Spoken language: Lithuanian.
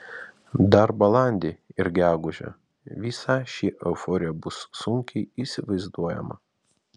dar balandį ir gegužę visa ši euforija buvo sunkiai įsivaizduojama